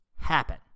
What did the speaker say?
happen